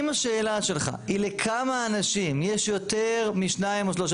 אם השאלה שלך היא לכמה אנשים יש יותר משניים או שלושה,